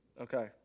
Okay